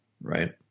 Right